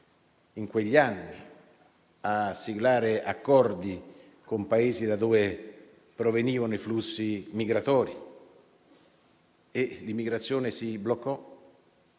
in quegli anni a siglare accordi con i Paesi dai quali provenivano i flussi migratori e l'immigrazione si arrestò.